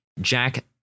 Jack